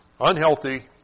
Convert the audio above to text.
unhealthy